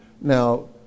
Now